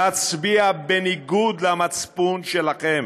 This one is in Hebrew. להצביע בניגוד למצפון שלכם.